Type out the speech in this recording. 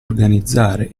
organizzare